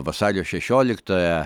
vasario šešioliktąją